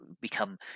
become